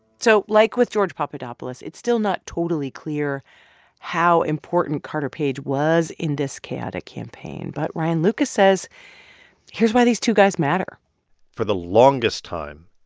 so like with george papadopoulos, it's still not totally clear how important carter page was in this chaotic campaign. but ryan lucas says here's why these two guys matter for the longest time,